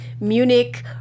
Munich